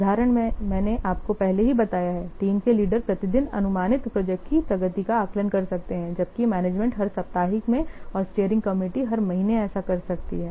उदाहरण मैंने आपको पहले ही बताया है टीम के लीडर प्रतिदिन अनुमानित प्रोजेक्ट की प्रगति का आकलन कर सकते हैं जबकि मैनेजमेंट हर साप्ताहिक में और स्टीयरिंग कमिटी हर महीने ऐसा कर सकती है